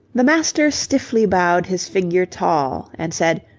the master stiffly bowed his figure tall and said,